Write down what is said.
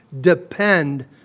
Depend